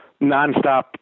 nonstop